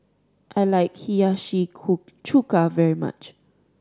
I like Hiyashi Koo Chuka very much